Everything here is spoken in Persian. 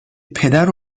پدر